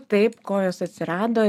taip kojos atsirado